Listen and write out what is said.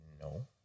no